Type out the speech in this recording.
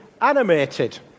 animated